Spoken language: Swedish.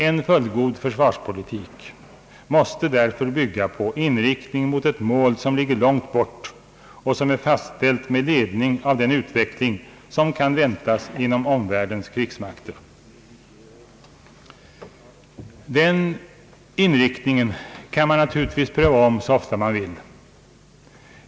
En fullgod försvarspolitik måste därför bygga på inriktning mot ett mål som ligger långt bort och som är fastställt med ledning av den utveckling som kan väntas inom omvärldens krigsmakter. Den inriktningen kan man naturligtvis pröva om så ofta man vill.